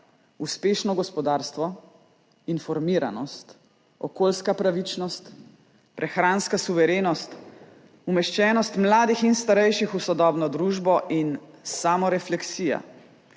uspešno gospodarstvo, informiranost, okolijska pravičnost, prehranska suverenost, umeščenost mladih in starejših v sodobno družbo in samorefleksija